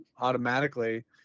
automatically